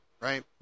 right